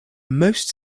most